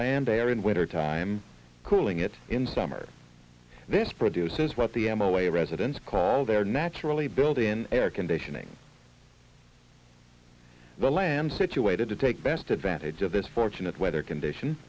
land there in wintertime cooling it in summer this produces what the em away residents call their naturally built in air conditioning land situated to take best advantage of this fortunate weather condition